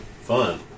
Fun